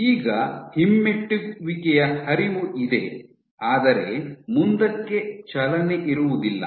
ಈಗ ಹಿಮ್ಮೆಟ್ಟುವಿಕೆಯ ಹರಿವು ಇದೆ ಆದರೆ ಮುಂದಕ್ಕೆ ಚಲನೆ ಇರುವುದಿಲ್ಲ